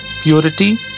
purity